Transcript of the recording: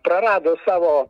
prarado savo